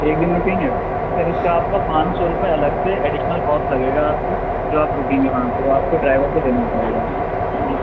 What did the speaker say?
ایک دن رُکیں گے تو سر اُس کا آپ کو پانچ سو روپے الگ سے اڈیشنل کوسٹ لگے گا آپ کو جو آپ رُکیں گے وہاں پہ جو آپ کو ڈرائیور کو دینا پڑے گا